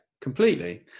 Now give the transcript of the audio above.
completely